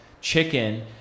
chicken